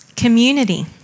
Community